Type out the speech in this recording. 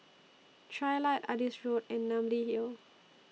Trilight Adis Road and Namly Hill